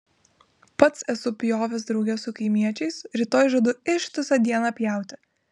pats esu pjovęs drauge su kaimiečiais rytoj žadu ištisą dieną pjauti